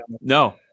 no